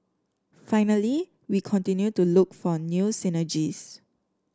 finally we continue to look for new synergies